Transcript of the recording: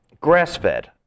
Grass-fed